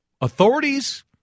Authorities